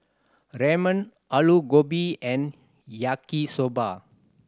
Ramen Alu Gobi and Yaki Soba